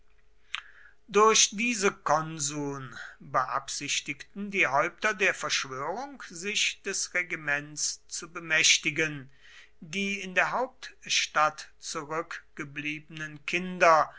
durch diese konsuln beabsichtigten die häupter der verschwörung sich des regiments zu bemächtigen die in der hauptstadt zurückgebliebenen kinder